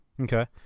Okay